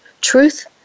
truth